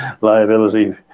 liability